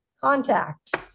contact